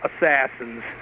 assassins